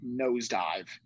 nosedive